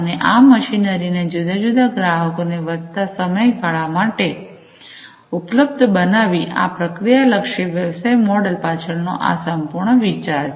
અને આ મશીનરીને જુદા જુદા ગ્રાહકોને વધતા સમયગાળા માટે ઉપલબ્ધ બનાવવી આ પ્રક્રિયાલક્ષી વ્યવસાય મોડેલ પાછળનો આ સંપૂર્ણ વિચાર છે